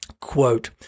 quote